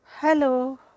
Hello